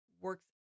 works